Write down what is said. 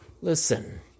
Listen